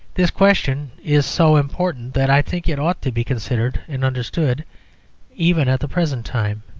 this question is so important that i think it ought to be considered and understood even at the present time.